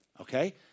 Okay